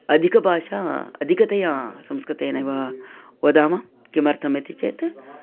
अधिकभाषा अधिकतया संस्कृतेनैव वदामः किमर्थम् इति चेत्